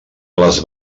les